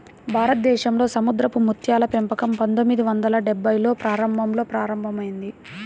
భారతదేశంలో సముద్రపు ముత్యాల పెంపకం పందొమ్మిది వందల డెభ్భైల్లో ప్రారంభంలో ప్రారంభమైంది